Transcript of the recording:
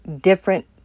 different